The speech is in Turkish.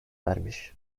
vermiş